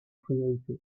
priorités